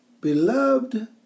Beloved